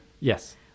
Yes